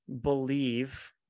believe